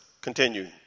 continue